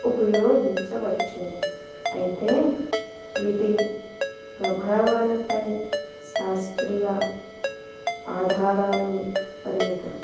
ఉపయోగించవచ్చు అయితే వీటి ప్రభావాలపై శాస్త్రీయ ఆధారాలు పరిమితం